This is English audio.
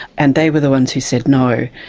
and they were the ones who said no.